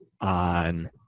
on